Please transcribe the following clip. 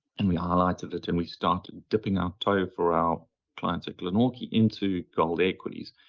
and we highlighted it and we started dipping our toe for our clients at glenorchy into gold equities,